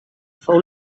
fou